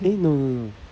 eh no no no no